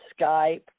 Skype